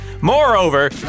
Moreover